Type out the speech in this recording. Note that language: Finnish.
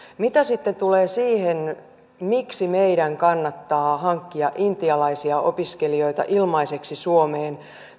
mitä sitten tulee siihen miksi meidän kannattaa hankkia intialaisia opiskelijoita ilmaiseksi suomeen